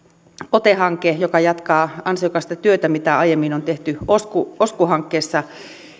ote hanke joka jatkaa ansiokasta työtä mitä aiemmin on tehty osku osku hankkeessa